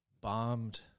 bombed